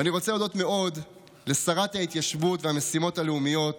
ואני רוצה להודות מאוד לשרת ההתיישבות והמשימות הלאומיות